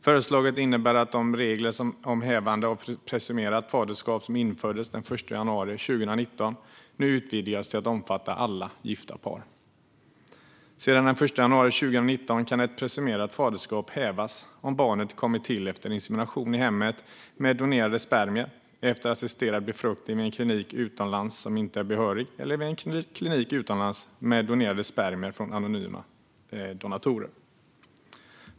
Förslaget innebär att de regler om hävande av presumerade faderskap som infördes den 1 januari 2019 nu utvidgas till att omfatta alla gifta par. Sedan den 1 januari 2019 kan ett presumerat faderskap hävas om barnet kommit till efter insemination i hemmet med donerade spermier, efter assisterad befruktning vid en klinik utomlands som inte är behörig eller vid en klinik utomlands med donerade spermier från anonyma donatorer.